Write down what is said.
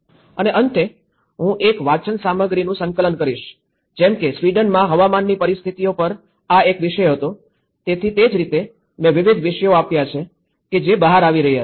અને અંતે હું એક વાંચન સામગ્રીનું સંકલન કરીશ જેમ કે સ્વીડનમાં હવામાનની પરિસ્થિતિઓ પર આ એક વિષય હતો તેથી તે રીતે મેં વિવિધ વિષયો આપ્યા છે કે જે બહાર આવી રહ્યા છે